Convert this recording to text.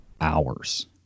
hours